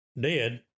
dead